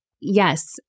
yes